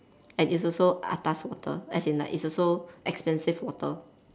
and it's also atas water as in like it's also expensive water